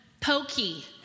Pokey